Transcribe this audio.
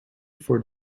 for